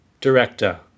director